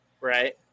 Right